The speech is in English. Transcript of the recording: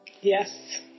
Yes